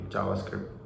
Javascript